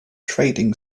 trading